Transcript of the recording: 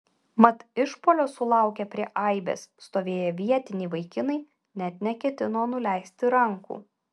mat išpuolio sulaukę prie aibės stovėję vietiniai vaikinai net neketino nuleisti rankų